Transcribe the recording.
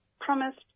promised